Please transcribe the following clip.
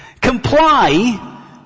comply